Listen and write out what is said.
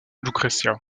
lucrezia